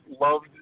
Loved